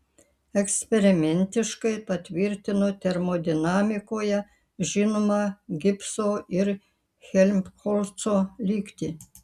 eksperimentiškai patvirtino termodinamikoje žinomą gibso ir helmholco lygtį